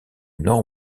nord